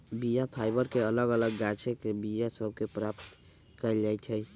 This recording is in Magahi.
बीया फाइबर के अलग अलग गाछके बीया सभ से प्राप्त कएल जाइ छइ